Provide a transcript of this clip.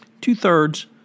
two-thirds